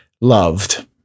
loved